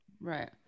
Right